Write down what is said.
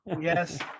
yes